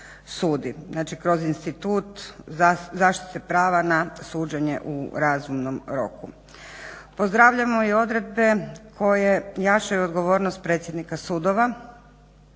znači kroz institut zaštite prava na suđenje u razumnom roku. Pozdravljamo i odredbe koje jačanju odgovornost predsjednika sudova,